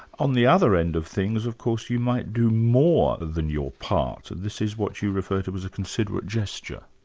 on the other end of things of course, you might do more than your part, and this is what you refer to as a considerate gesture.